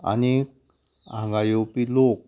आनी हांगा येवपी लोक